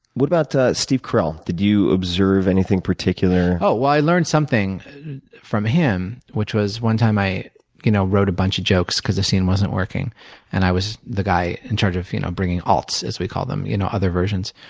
what about steve carrell? did you observe anything particular? in oh, well, i learned something from him which was one time i you know wrote a bunch of jokes because a scene wasn't working and i was the guy in charge of you know bringing alts, as we called them you know other versions.